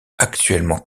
actuellement